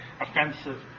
offensive